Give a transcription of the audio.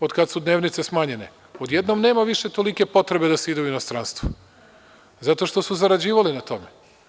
Od kada su dnevnice smanjene, odjednom nema više tolike potrebe da se ide u inostranstvo, zato što su zarađivali na tome.